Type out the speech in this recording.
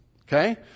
Okay